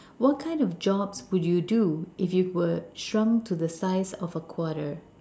what kind of jobs would you do if you were shrunk to the size of a quarter